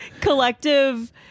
collective